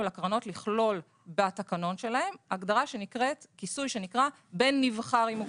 לקרנות לכלול בתקנון שלהם הגדרה שנקראת כיסוי בן נבחר עם מוגבלות.